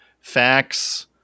facts